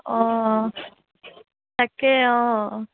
তাকেই